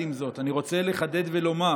עם זאת, אני רוצה לחדד ולומר